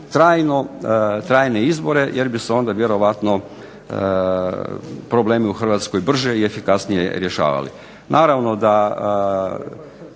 trajne izbore, jer bi se onda vjerovatno problemi u Hrvatskoj brže i efikasnije rješavali.